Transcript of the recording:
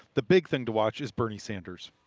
the big thing to watch is bernie sanders.